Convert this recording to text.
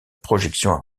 projection